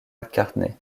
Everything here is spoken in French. mccartney